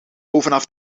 bovenaf